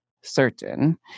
certain